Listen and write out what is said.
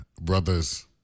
brothers